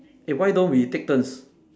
eh why don't we take turns